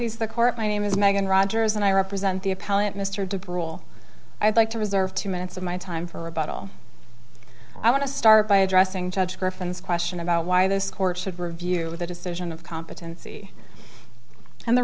please the court my name is meghan rogers and i represent the appellate mr du bruel i'd like to reserve two minutes of my time for about all i want to start by addressing judge griffin's question about why this court should review the decision of competency and the